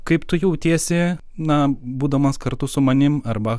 kaip tu jautiesi na būdamas kartu su manim arba